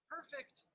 Perfect